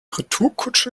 retourkutsche